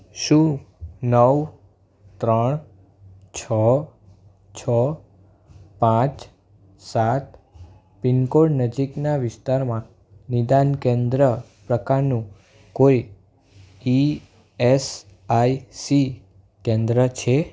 શું નવ ત્રણ છ છ પાંચ સાત પિનકોડ નજીકના વિસ્તારમાં નિદાન કેન્દ્ર પ્રકારનું કોઈ ઇ એસ આઇ સી કેન્દ્ર છે